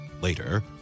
Later